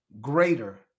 greater